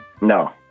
No